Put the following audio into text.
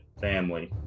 family